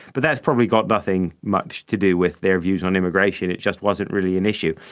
but that's probably got nothing much to do with their views on immigration, it just wasn't really an issue.